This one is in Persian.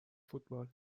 فوتبال